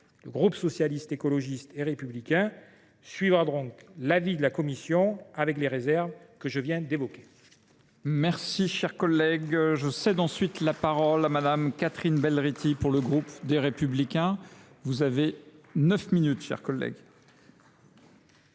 Le groupe Socialiste, Écologiste et Républicain suivra donc l’avis de la commission, avec les réserves que je viens d’évoquer.